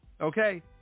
Okay